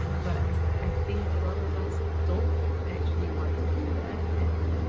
but i think a lot of us don't actually want to do that and.